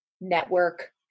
network